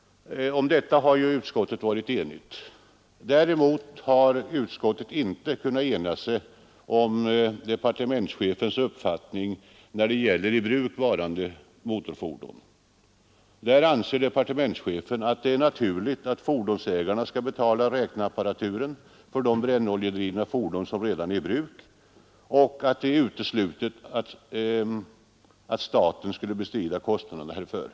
Om detta har utskottet varit enigt. Däremot har utskottet inte kunnat ena sig om departementschefens uppfattning när det gäller i bruk varande motorfordon. Departementschefen anser att det är naturligt att fordonsägarna skall betala räkneapparaturen för de brännoljedrivna fordon som redan är i bruk och att det är uteslutet att staten skulle bestrida kostnaderna härför.